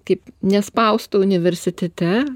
taip nespaustų universitete